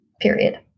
period